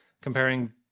Comparing